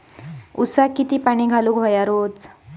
ऊसाक किती पाणी घालूक व्हया रोज?